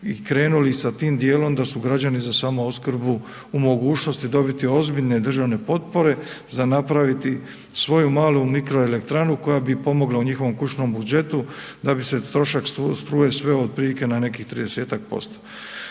i krenuli i sa tim djelom, da su građani za samoopskrbu u mogućnosti dobiti ozbiljne države potpore za napraviti svoju malu mikroelektranu koja bi pomogla u njihovom kućnom budžetu da se trošak struje sveo otprilike na nekih 30-ak